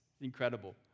Incredible